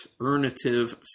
alternative